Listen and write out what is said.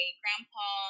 grandpa